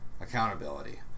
accountability